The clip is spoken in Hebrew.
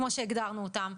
כמו שהגדרנו אותם,